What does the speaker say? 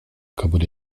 kabul